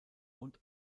und